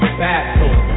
battle